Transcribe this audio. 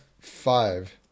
five